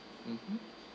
mm